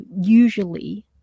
usually